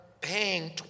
paying